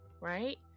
right